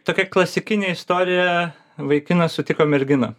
tokia klasikinė istorija vaikinas sutiko merginą